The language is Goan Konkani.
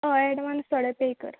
हय एडवान्स थोडो पे करात